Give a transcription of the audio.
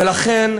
ולכן,